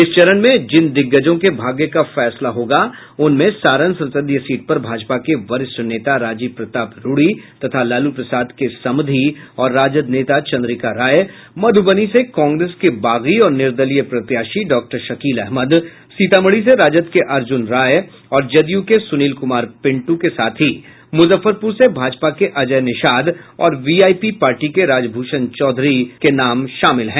इस चरण में जिन दिग्गजों के भाग्य का फैसला होगा उसमें सारण संसदीय सीट पर भाजपा के वरिष्ठ नेता राजीव प्रताप रूढ़ी तथा लालू प्रसाद के समधी और राजद नेता चंद्रिका राय मधुबनी से कांग्रेस के बागी और निर्दलीय प्रत्याशी डॉक्टर शकील अहमद सीतामढ़ी से राजद के अर्जुन राय और जदयू के सुनील कुमार पिंटू के साथ ही मुजफ्फरपुर से भाजपा के अजय निषाद और वीआईपी पार्टी के राजभूषण चौधरी के नाम शामिल है